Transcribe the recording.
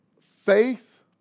faith